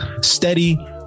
steady